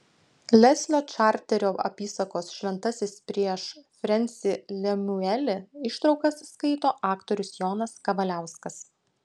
leslio čarterio apysakos šventasis prieš frensį lemiuelį ištraukas skaito aktorius jonas kavaliauskas